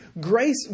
Grace